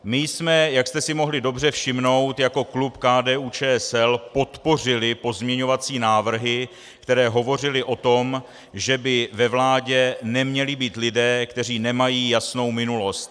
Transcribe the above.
My jsme, jak jste si mohli dobře všimnout, jako klub KDUČSL podpořili pozměňovací návrhy, které hovořily o tom, že by ve vládě neměli být lidé, kteří nemají jasnou minulost.